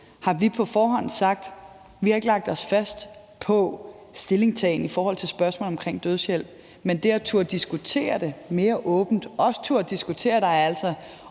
har vi på forhånd sagt, at vi ikke har lagt os fast på en stillingtagen til spørgsmålet om dødshjælp. Men vi skal turde diskutere det mere åbent og også turde diskutere, at der altså